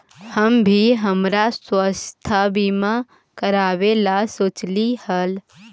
हम भी हमरा स्वास्थ्य बीमा करावे ला सोचली हल